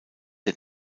der